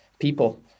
people